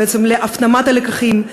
להפנמת הלקחים,